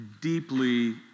deeply